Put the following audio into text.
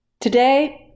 Today